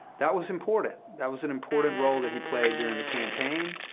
that was important. that was an important role that he played during the campaign.